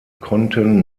konnten